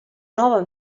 nuova